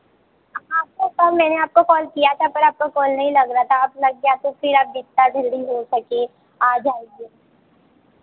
आपको कॉल मैंने आपको कॉल किया था पर आपका कॉल नहीं लग रहा था अब लग गया तो फिर आप जितना जल्दी हो सके आ जाइए